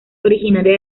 originaria